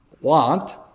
want